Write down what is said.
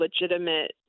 legitimate